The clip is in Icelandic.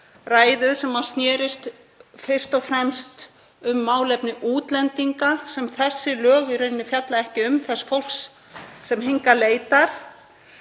ræðu sem snerist fyrst og fremst um málefni útlendinga sem þessi lög í rauninni fjalla ekki um, þess fólks sem hingað leitar.